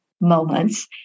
moments